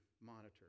monitor